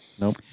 Nope